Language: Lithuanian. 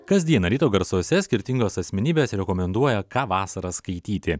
kasdieną ryto garsuose skirtingos asmenybės rekomenduoja ką vasarą skaityti